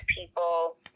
people